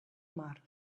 mar